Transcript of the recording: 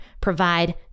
provide